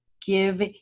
give